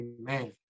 amen